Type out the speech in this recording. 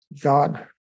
God